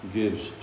gives